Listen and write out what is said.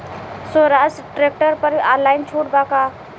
सोहराज tractor पर online छूट बा का?